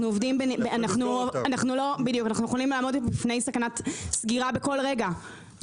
אנחנו יכולים לעמוד בפני סכנת סגירה בכל רגע.